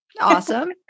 Awesome